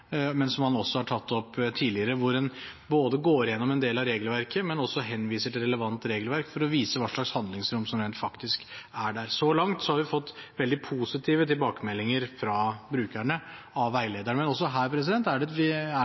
som han også har tatt opp tidligere – hvor en går igjennom en del av regelverket, men også henviser til relevant regelverk, for å vise hva slags handlingsrom som rent faktisk er der. Så langt har vi fått veldig positive tilbakemeldinger fra brukerne av veilederen. Men også her er det viktig at vi